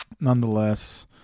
nonetheless